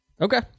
Okay